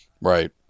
Right